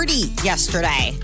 yesterday